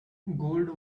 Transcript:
gold